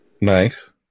nice